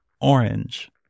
Orange